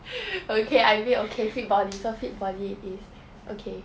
okay I agree okay fit body so fit body it is okay